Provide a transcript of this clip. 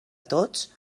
tots